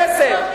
כסף.